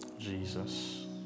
Jesus